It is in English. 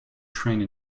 trained